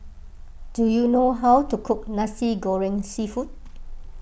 do you know how to cook Nasi Goreng Seafood